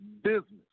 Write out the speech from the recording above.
business